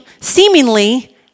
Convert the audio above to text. seemingly